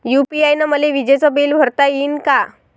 UPI न मले विजेचं बिल भरता यीन का?